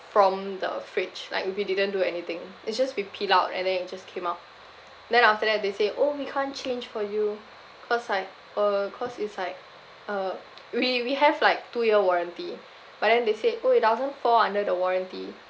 from the fridge like we we didn't do anything it's just we peel out and then it just came out then after that they say oh we can't change for you cause like uh cause it's like uh we we have like two year warranty but then they say oh it doesn't fall under the warranty